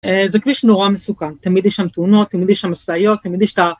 זה כביש נורא מסוכן, תמיד יש שם תאונות, תמיד יש שם משאיות, תמיד יש את ה...